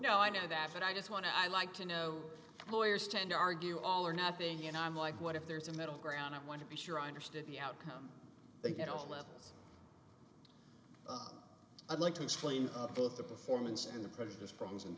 no i know that but i just want to i like to know lawyers tend to argue all or nothing and i'm like what if there's a middle ground i want to be sure i understand the outcome they get all levels i'd like to explain both the performance and the president's problems